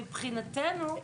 מבחינתנו,